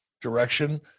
direction